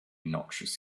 noxious